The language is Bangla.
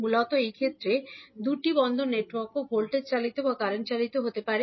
মূলত এই ক্ষেত্রে দুটি পোর্ট নেটওয়ার্কও ভোল্টেজ চালিত বা কারেন্ট চালিত হতে পারে